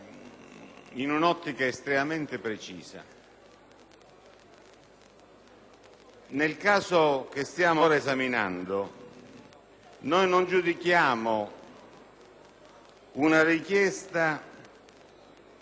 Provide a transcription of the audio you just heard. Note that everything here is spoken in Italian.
Nel caso che stiamo esaminando non giudichiamo una richiesta che riguarda delle opinioni espresse: